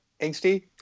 angsty